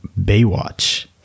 Baywatch